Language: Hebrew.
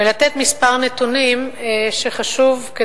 לתת כמה נתונים שחשוב לתת,